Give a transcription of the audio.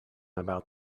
about